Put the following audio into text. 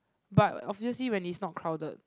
but obviously when it's not crowded